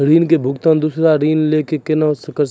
ऋण के भुगतान दूसरा ऋण लेके करऽ सकनी?